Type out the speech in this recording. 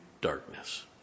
darkness